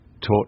taught